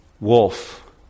wolf